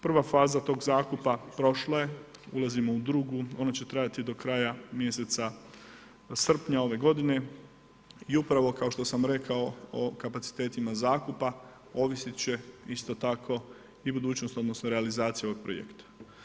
Prva faza tog zakupa prošla je, ulazimo u drugu, ona će trajati do kraja mjeseca srpnje ove godine i upravo kao što sam rekao o kapacitetima zakupa ovisit će isto tako i budućnost odnosno realizacija ovog projekta.